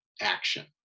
action